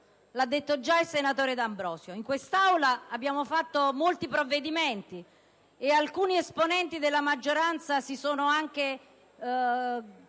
L'ha già detto il senatore D'Ambrosio. In quest'Aula abbiamo varato molti provvedimenti e alcuni esponenti della maggioranza si sono anche